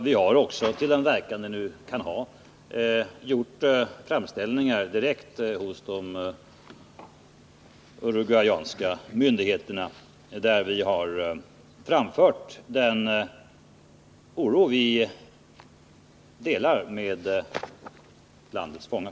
Vi har också, till den verkan det kan ha, gjort framställningar direkt till de uruguayska myndigheterna och därvid framfört den oro vi känner för landets fångar.